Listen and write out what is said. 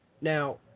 Now